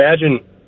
imagine